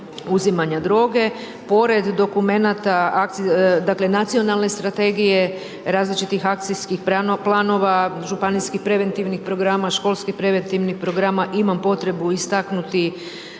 uzimanja droge pored dokumenata nacionalne strategije, različitih akcijskih planova, županijskih preventivnih programa, školskih preventivnih programa, imam potrebu istaknuti